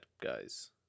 guys